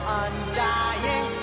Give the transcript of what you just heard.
undying